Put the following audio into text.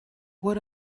what